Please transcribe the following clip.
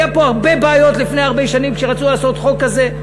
היו פה הרבה בעיות לפני הרבה שנים כשרצו לעשות חוק כזה.